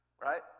right